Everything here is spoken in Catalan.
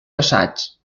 assaigs